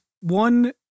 one